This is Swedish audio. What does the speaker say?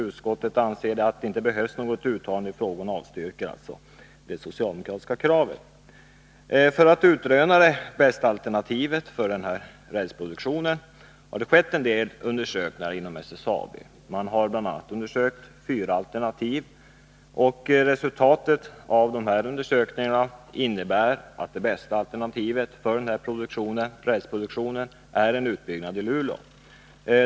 Utskottet anser att det inte behövs något uttalande i frågan och avstyrker alltså det socialdemokratiska kravet. För att utröna de bästa förutsättningarna för rälsproduktionen har SSAB undersökt fyra olika alternativ. Enligt undersökningen är det bästa alternativet för rälsproduktionen en utbyggnad i Luleå.